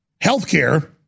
healthcare